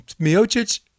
Miocic